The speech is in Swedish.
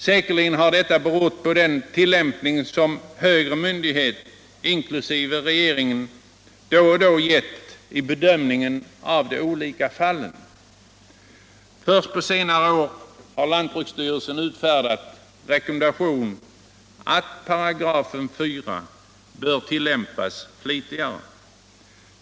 Säkerligen har deua berott på den tillämpning som: högre myndighet inkl. regeringen då och då gjort i bedömningen av de olika fallen. Först på senare år har lantbruksstyrelsen utfärdat rekommendation att 4 X bör tillämpas flitigare.